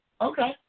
Okay